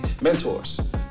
mentors